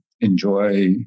enjoy